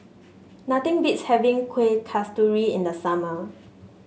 nothing beats having Kuih Kasturi in the summer